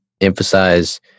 emphasize